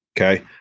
Okay